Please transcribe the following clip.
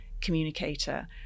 communicator